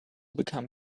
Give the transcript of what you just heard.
become